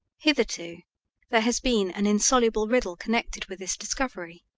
hitherto there has been an insoluble riddle connected with this discovery.